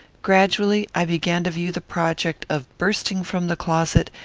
gradually i began to view the project of bursting from the closet,